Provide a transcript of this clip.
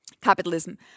capitalism